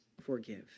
forgive